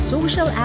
Social